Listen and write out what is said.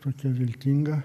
tokia viltinga